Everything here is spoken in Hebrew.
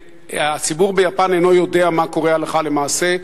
והציבור ביפן לא יודע מה קורה הלכה למעשה.